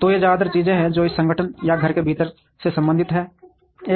तो ये ज्यादातर चीजें हैं जो एक संगठन या घर के भीतर से संबंधित हैं